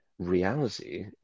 reality